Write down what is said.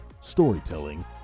storytelling